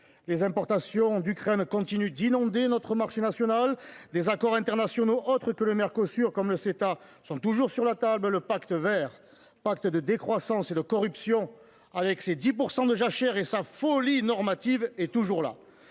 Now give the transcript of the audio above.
Les importations d’Ukraine continuent d’inonder notre marché national. Des accords internationaux autres que le Mercosur, comme l’accord économique et commercial global (Ceta), sont toujours sur la table. Le pacte vert, pacte de décroissance et de corruption, avec ses 10 % de jachères et sa folie normative, est toujours là.